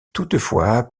toutefois